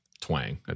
twang